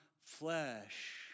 flesh